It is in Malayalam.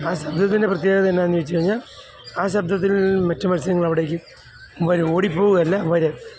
ആ ശബ്ദത്തിൻ്റെ പ്രത്യേകത എന്താണെന്ന് വെച്ചുകഴിഞ്ഞാൽ ആ ശബ്ദത്തിൽ മറ്റ് മത്സ്യങ്ങൾ അവിടേക്ക് വരും ഓടി പോവുകയല്ല വരും